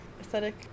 aesthetic